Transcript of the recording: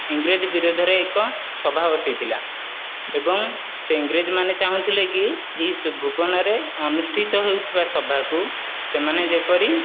ଇଂରେଜ ବିରୁଦ୍ଧରେ ଏକ ସଭା ବସିଥିଲା ଏବଂ ସେହି ଇଂରେଜ ମାନେ ଚାହୁଁଥିଲେ କି ସବୁ ଭୁବନରେ ଅନୁଷ୍ଠିତ ହେଉଥିବା ସଭାକୁ ସେମାନେ ଯେପରି